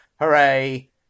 hooray